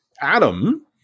Adam